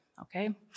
okay